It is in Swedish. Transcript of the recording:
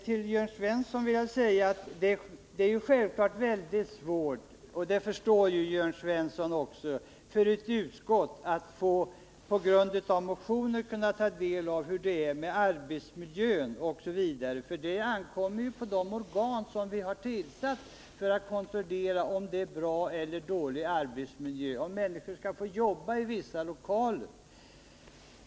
Till Jörn Svensson vill jag säga att det som han säkerligen förstår självfallet är väldigt svårt för ett utskott att på grundval av motioner kunna ta del av hur det är ställt med exempelvis arbetsmiljön i enskilda fall. Det ankommer på de organ som vi har tillsatt att kontrollera om arbetsmiljön är bra eller dålig, om människor skall tillåtas att jobba i vissa lokaler.